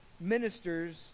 ministers